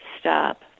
stop